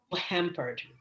hampered